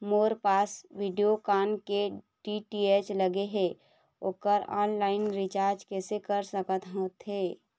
मोर पास वीडियोकॉन के डी.टी.एच लगे हे, ओकर ऑनलाइन रिचार्ज कैसे कर सकत होथे?